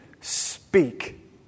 speak